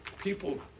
people